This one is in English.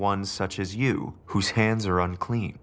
one such as you whose hands are unclean